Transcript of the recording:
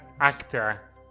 actor